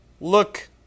Look